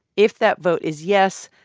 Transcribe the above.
if that vote is yes,